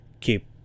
keep